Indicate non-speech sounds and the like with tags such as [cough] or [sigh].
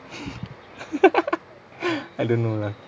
[laughs] I don't know lah